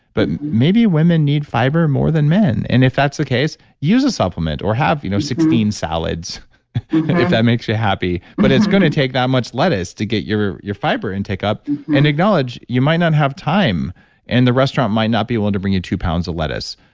but maybe women need fiber more than men and if that's the case, use a supplement or have you know sixteen salads if that makes you happy. but it's going to take that much lettuce to get your your fiber intake up and acknowledge you might not have time and the restaurant might not be willing to bring you two pounds of lettuce.